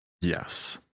Yes